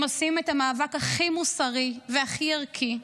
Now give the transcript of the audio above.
הם עושים את המאבק הכי מוסרי והכי ערכי,